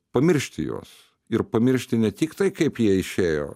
pamiršti juos ir pamiršti ne tik tai kaip jie išėjo